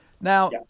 now